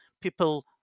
people